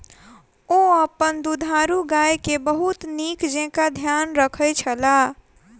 ओ अपन दुधारू गाय के बहुत नीक जेँका ध्यान रखै छला